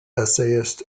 essayist